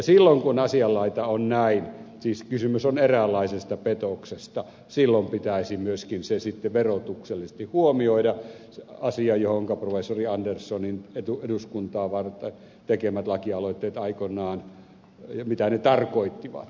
silloin kun asianlaita on näin siis kysymys on eräänlaisesta petoksesta pitäisi myöskin se sitten verotuksellisesti huomioida asia mitä professori anderssonin aikoinaan eduskuntaa varten tekemät lakialoitteet tarkoittivat